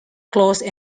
closed